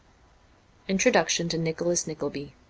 introduction to nicholas nickleby